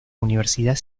universidad